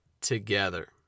together